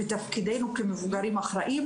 ותפקידנו כמבוגרים אחראים,